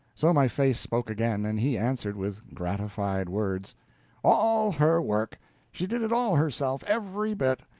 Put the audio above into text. so my face spoke again, and he answered with gratified words all her work she did it all herself every bit.